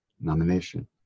nomination